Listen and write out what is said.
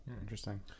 Interesting